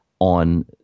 on